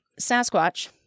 Sasquatch